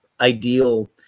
ideal